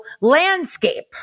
landscape